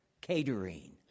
catering